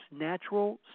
natural